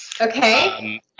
Okay